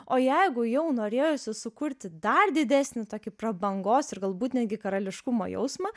o jeigu jau norėjosi sukurti dar didesnį tokį prabangos ir galbūt netgi karališkumo jausmą